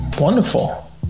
Wonderful